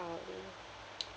um